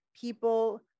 people